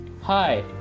Hi